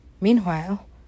Meanwhile